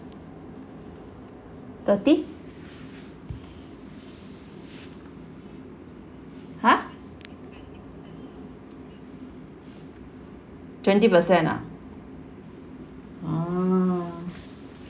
thirty !huh! twenty percent ah ah